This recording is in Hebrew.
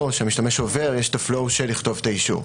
שהמשתמש עובר יש את ה-flow של לכתוב את האישור.